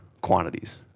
quantities